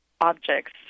objects